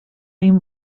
این